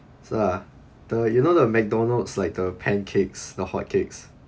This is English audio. so uh the you know the mcdonalds it's like the pancakes the hotcakes